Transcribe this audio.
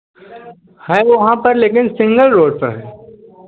है वहाँ पर लेकिन सिंगल रोड पर है